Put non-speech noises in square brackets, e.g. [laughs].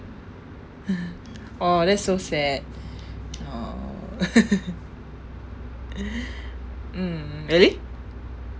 [laughs] !aww! that's so sad !aww! [laughs] mm really